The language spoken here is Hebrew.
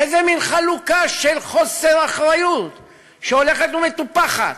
איזה מין חלוקה של חוסר אחריות שהולכת ומטופחת?